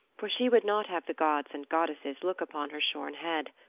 for she would not have the gods and goddesses look upon her shorn head.